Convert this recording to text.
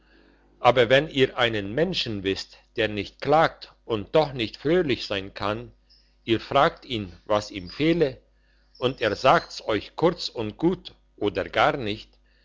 aber wenn ihr einen menschen wisst der nicht klagt und doch nicht fröhlich sein kann ihr fragt ihn was ihm fehle und er sagt's euch kurz und gut oder gar nicht